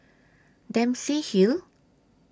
Dempsey Hill